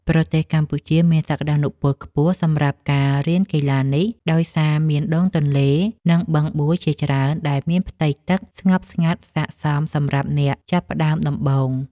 ប្រទេសកម្ពុជាមានសក្ដានុពលខ្ពស់សម្រាប់ការរៀនកីឡានេះ ដោយសារមានដងទន្លេ និងបឹងបួជាច្រើនដែលមានផ្ទៃទឹកស្ងប់ស្ងាត់ ស័ក្តិសមសម្រាប់អ្នកចាប់ផ្ដើមដំបូង។